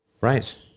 Right